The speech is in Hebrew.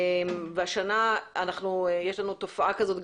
השנה יש לנו תופעה כזו,